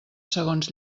segons